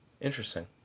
Interesting